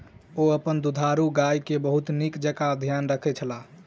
ओ अपन दुधारू गाय के बहुत नीक जेँका ध्यान रखै छला